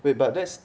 wait but